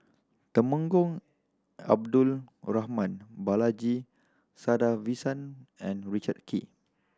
Temenggong Abdul Rahman Balaji Sadasivan and Richard Kee